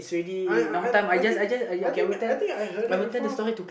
I I I I think I think I think I heard it before